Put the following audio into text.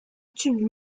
tubes